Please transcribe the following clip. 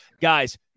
Guys